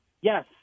Yes